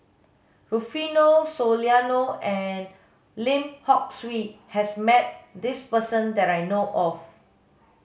Rufino Soliano and Lim Hock Siew has met this person that I know of